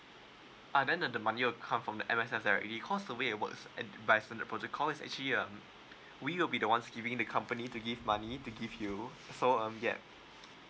uh then uh the money will come from the M_S_F directly cause the way it works and by standard protocol is actually um we will be the ones giving the company to give money to give you so um yeah